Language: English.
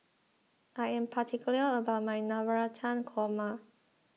I am particular about my Navratan Korma